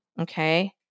Okay